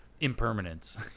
impermanence